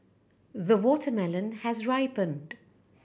the watermelon has ripened